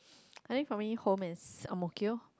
and then for me home is ang-mo-kio